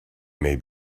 may